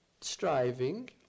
striving